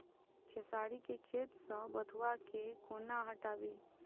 खेसारी केँ खेत सऽ बथुआ केँ कोना हटाबी